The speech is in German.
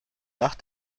nach